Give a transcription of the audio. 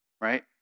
right